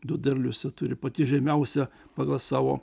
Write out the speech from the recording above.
du derlius jie turi pati žemiausia pagal savo